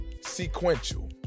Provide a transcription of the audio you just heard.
sequential